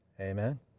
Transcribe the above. Amen